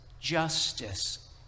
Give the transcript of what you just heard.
Justice